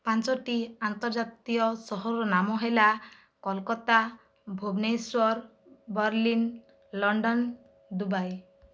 ପାଞ୍ଚଟି ଆନ୍ତର୍ଜାତୀୟ ସହରର ନାମ ହେଲା Kolkata Bhubaneswar Berlin London Dubai